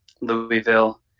Louisville